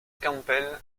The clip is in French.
campbell